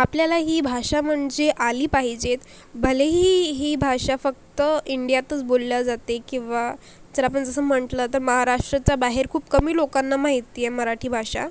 आपल्याला ही भाषा म्हणजे आली पाहिजेत भलेही ही भाषा फक्त इंडियातच बोलल्या जाते किंवा जर आपण जसं म्हटलं तर महाराष्ट्राच्या बाहेर खूप कमी लोकांना माहिती आहे मराठी भाषा